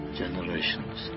generations